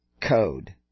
code